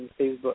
Facebook